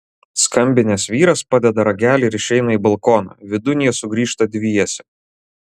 skambinęs vyras padeda ragelį ir išeina į balkoną vidun jie sugrįžta dviese